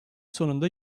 sonunda